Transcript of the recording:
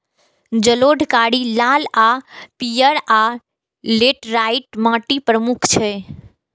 जलोढ़, कारी, लाल आ पीयर, आ लेटराइट माटि प्रमुख छै